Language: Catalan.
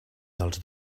dels